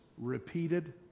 repeated